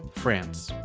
france.